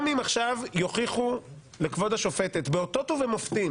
גם אם עכשיו יוכיחו לכבוד השופטת באותות ובמופתים